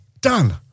Done